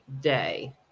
day